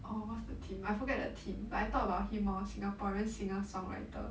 orh what's the theme I forget the theme but I talk about him lor singaporean singer songwriter